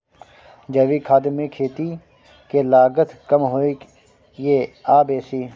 जैविक खाद मे खेती के लागत कम होय ये आ बेसी?